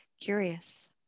curious